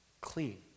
clean